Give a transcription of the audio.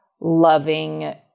loving